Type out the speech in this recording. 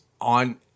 on